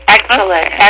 Excellent